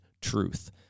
truth